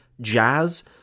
jazz